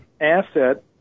asset